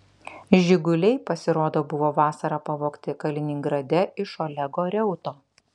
žiguliai pasirodo buvo vasarą pavogti kaliningrade iš olego reuto